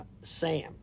Sam